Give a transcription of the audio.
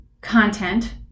content